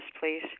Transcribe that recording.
please